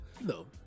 No